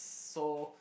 so